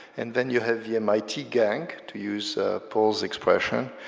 and then you have the mit gang, to use paul's expression,